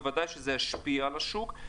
בוודאי שזה ישפיע על השוק.